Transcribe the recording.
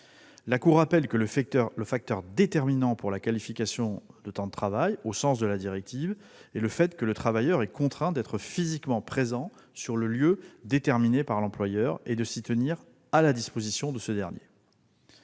Elle rappelle que le facteur déterminant pour la qualification de temps de travail, au sens de la directive, est le fait que le travailleur est contraint d'être physiquement présent sur le lieu déterminé par l'employeur et de s'y tenir à la disposition de ce dernier.